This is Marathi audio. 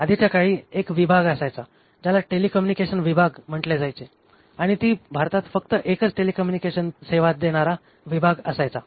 आधीच्या काळी एक विभाग असायचा ज्याला टेलीकॉम्युनिकेशन विभाग म्हंटले जायचे आणि ती भारतात फक्त एकच टेलीकॉम्युनिकेशन सेवा देणारा विभाग असायचा